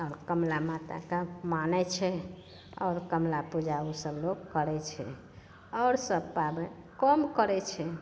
कमला माताकेँ मानै छै आओर कमला पूजा ओसभ लोक करै छै आओर सब पाबनि कम करै छै